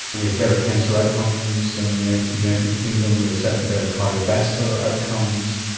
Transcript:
we have better cancer outcomes than the united kingdom, we have certainly better cardiovascular outcomes,